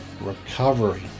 recovery